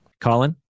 Colin